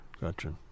Gotcha